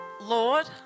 Lord